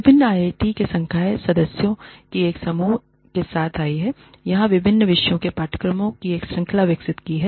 विभिन्न आईआईटी के संकाय सदस्यों की एक समूह एक साथ आई है और विभिन्न विषयों में पाठ्यक्रमों की एक श्रृंखला विकसित की है